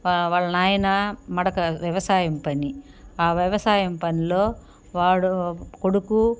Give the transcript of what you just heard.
వాళ్ల నాయన మడక వ్యవసాయం పని వ్యవసాయం పనిలో వాడు కొడుకు